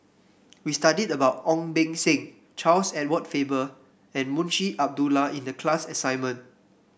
we studied about Ong Beng Seng Charles Edward Faber and Munshi Abdullah in the class assignment